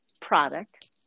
product